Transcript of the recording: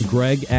Greg